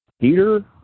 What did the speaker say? Peter